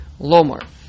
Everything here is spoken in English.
Lomar